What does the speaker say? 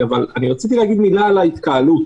אני רציתי להגיד מילה על ההתקהלות.